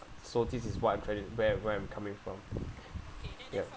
so this is what I'm tryi~ where where I'm coming from yup